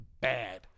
bad